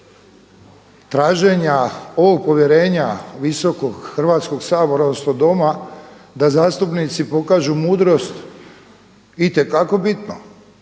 traženja ovoga povjerenja visokog Hrvatskog sabora ovoga doma da zastupnici pokažu mudrost itekako bitno.